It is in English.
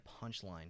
punchline